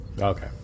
Okay